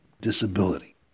disability